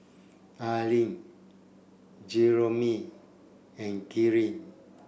Aline Jeromy and Kyree